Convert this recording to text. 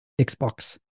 Xbox